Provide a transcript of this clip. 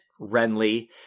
Renly